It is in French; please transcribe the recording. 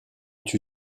tue